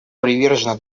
привержена